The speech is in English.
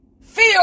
feel